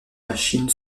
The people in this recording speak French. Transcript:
machine